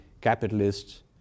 capitalists